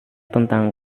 tentang